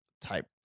type